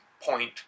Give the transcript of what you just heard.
point